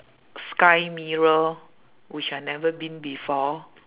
sky mirror which I never been before